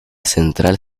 central